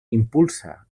impulsa